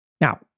Now